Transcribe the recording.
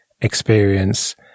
experience